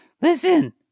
Listen